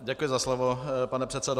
Děkuji za slovo, pane předsedo.